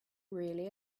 really